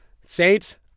Saints